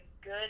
good